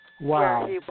Wow